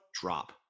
drop